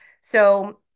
So-